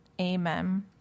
amen